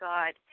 God